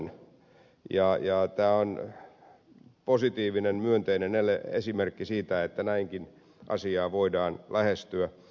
ja tämä on positiivinen myönteinen esimerkki siitä että näinkin asiaa voidaan lähestyä